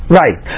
right